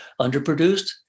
underproduced